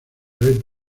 red